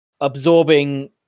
absorbing